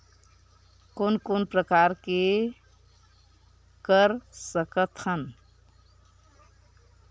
कोन कोन प्रकार के कर सकथ हन?